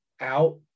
out